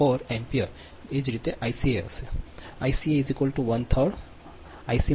3 D તે આવે છે Ibc 8